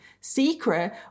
secret